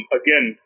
again